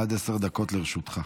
עד עשר דקות לרשותך.